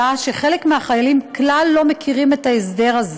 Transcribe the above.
אלא שחלק מהחיילים כלל לא מכירים את ההסדר,